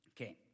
Okay